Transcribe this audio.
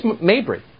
Mabry